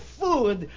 food